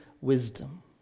wisdom